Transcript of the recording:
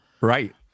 Right